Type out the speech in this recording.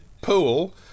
Pool